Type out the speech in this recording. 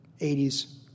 80s